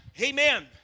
Amen